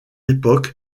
époque